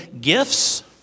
gifts